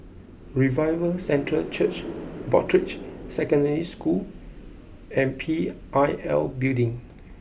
Revival Centre Church Broadrick Secondary School and P I L Building